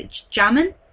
jamming